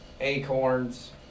acorns